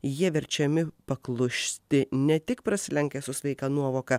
jie verčiami paklusti ne tik prasilenkia su sveika nuovoka